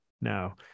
Now